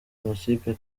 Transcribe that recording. makipe